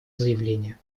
заявление